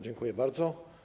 Dziękuję bardzo.